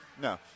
No